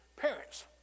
parents